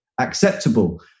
acceptable